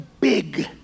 Big